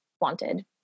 wanted